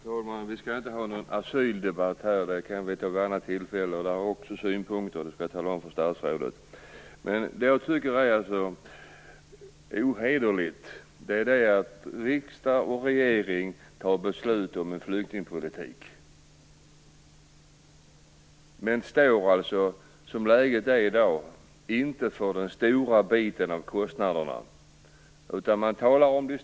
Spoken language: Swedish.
Fru talman! Vi skall inte ha någon asyldebatt nu, utan den kan vi ta vid ett annat tillfälle. Där har jag också synpunkter, som jag skall tala om för statsrådet. Det som jag tycker är ohederligt är att riksdag och regering tar beslut om en flyktingpolitik men inte står för den stora biten av kostnaderna, som läget är i dag.